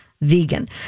vegan